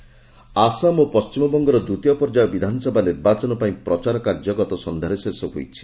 election Assam ଓ ପଶ୍ଚିମବଙ୍ଗର ଦ୍ୱିତୀୟ ପର୍ଯ୍ୟାୟ ବିଧାନସଭା ନିର୍ବାଚନ ପାଇଁ ପ୍ରଚାର କାର୍ଯ୍ୟ ଗତକାଲି ସନ୍ଧ୍ୟାରେ ଶେଷ ହୋଇଛି